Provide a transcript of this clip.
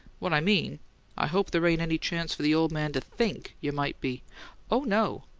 what i mean i hope there ain't any chance for the ole man to think you might be oh, no,